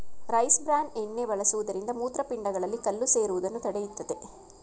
rice bran ಎಣ್ಣೆ ಬಳಸುವುದರಿಂದ ಮೂತ್ರಪಿಂಡಗಳಲ್ಲಿ ಕಲ್ಲು ಸೇರುವುದನ್ನು ತಡೆಯುತ್ತದೆ